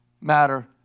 matter